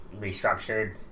restructured